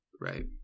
Right